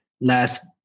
last